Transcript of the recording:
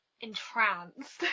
entranced